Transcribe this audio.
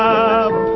up